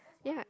yeah